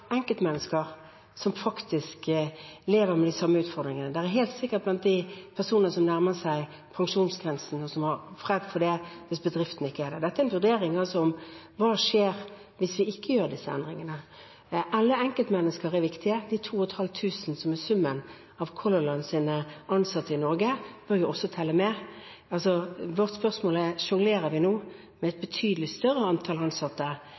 enkeltmennesker som lever med disse utfordringene. Blant dem er det helt sikkert personer som nærmer seg pensjonsgrensen, og som har vært redd for det hvis bedriften ikke skulle være der. Dette er en vurdering – hva skjer hvis vi ikke gjør disse endringene? Alle enkeltmennesker er viktige. De 2 500 som er summen av Color Lines ansatte i Norge, bør jo også telle med, men vårt spørsmål er: Sjonglerer vi nå med et betydelig større antall ansatte,